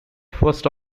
first